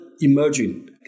emerging